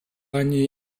они